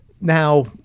Now